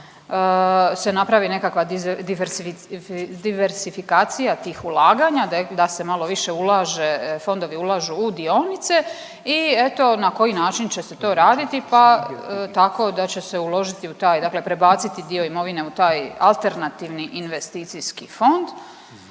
se napravi nekakva diversifikacija tih ulaganja, da se malo više ulaže, fondovi ulažu u dionice i eto na koji način će se to raditi pa tako da će se uložiti u taj dakle prebaciti dio imovine u taj alternativni investicijskih fond